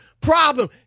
problem